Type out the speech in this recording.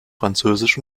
französisch